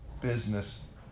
business